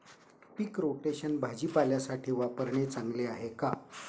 पीक rotation भाजीपाल्यासाठी वापरणे चांगले आहे का?